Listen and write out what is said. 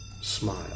smile